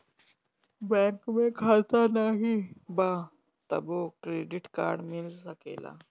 Bank में खाता नाही बा तबो क्रेडिट कार्ड मिल सकेला?